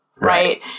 right